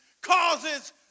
causes